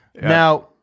Now